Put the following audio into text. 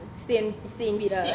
stay in stay in beat ah